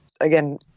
again